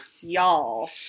y'all